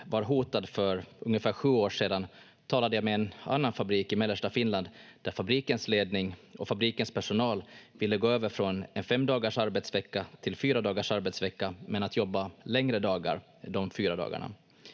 var hotad för ungefär sju år sedan talade jag med en annan fabrik i mellersta Finland där fabrikens ledning och fabrikens personal ville gå över från en fem dagars arbetsvecka till fyra dagars arbetsvecka men jobba längre dagar de fyra dagarna.